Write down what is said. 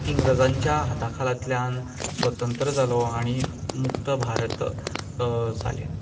इंग्रजांच्या हाता खालांतल्यान स्वतंत्र जालो आनी मुक्त भारत जालें